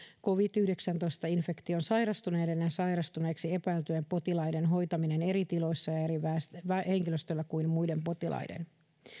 covid yhdeksäntoista infektioon sairastuneiden ja sairastuneiksi epäiltyjen potilaiden hoitaminen eri tiloissa ja eri henkilöstöllä kuin muiden potilaiden